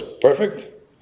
perfect